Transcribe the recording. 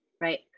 Right